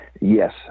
yes